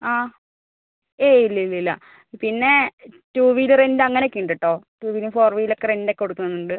ആ ഏയ് ഇല്ലില്ലില്ല പിന്നെ ടൂ വീലർ റെൻ്റ് അങ്ങനെയൊക്കെ ഉണ്ട് കേട്ടോ ടൂ വീലും ഫോർ വീലൊക്കെ റെൻ്റൊക്കെ കൊടുക്കുന്നുണ്ട്